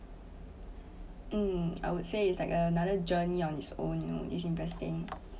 um I would say it's like another journey on its own in investing